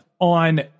on